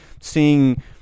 seeing